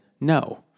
no